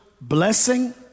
blessing